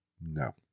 No